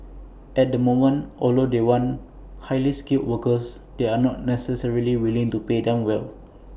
at the moment although they want highly skilled workers they are not necessarily willing to pay them well